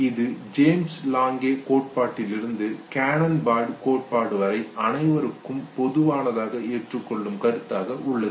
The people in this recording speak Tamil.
இது ஜேம்ஸ் லாங்கே James- Lange கோட்பாட்டிலிருந்து கேனான் பார்ட் கோட்பாடு வரை அனைவரும் பொதுவாக ஏற்றுக்கொள்ளும் கருத்தாக உள்ளது